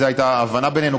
זאת הייתה ההבנה בינינו,